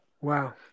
Wow